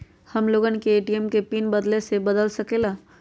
हम लोगन ए.टी.एम के पिन अपने से बदल सकेला?